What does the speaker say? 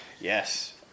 Yes